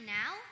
now